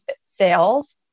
sales